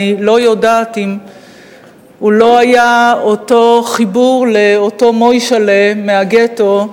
אני לא יודעת אם הוא לא היה אותו חיבור לאותו מוישל'ה מהגטו,